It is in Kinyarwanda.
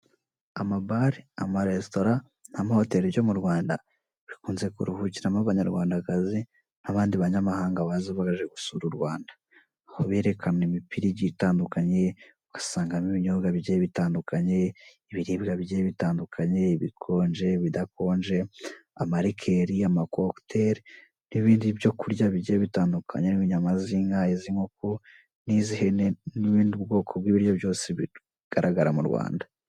Aka ni akapa kari mu iduka kerekana uburyo butandukanye ushobora kwishyura mu gihe waba uguze ibicuruzwa byabo. Aho bashyizeho uko ushobora kwishyura ukoresheje telefone, ntugire ikindi kiguzi ukatwa ndetse uko ushobora kwishyura ukoresheje ikarita.